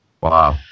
Wow